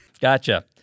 Gotcha